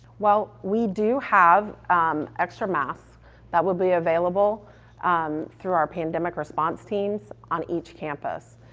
well, we do have extra masks that will be available um through our pandemic response teams on each campus.